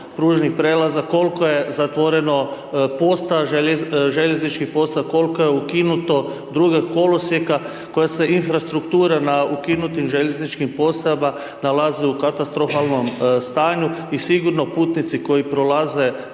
, željeznički .../Govornik se ne razumije./... koliko je ukinuto drugih kolosijeka koja se infrastruktura na ukinutim željezničkim postajama nalaze u katastrofalnom stanju i sigurno putnici koji prolaze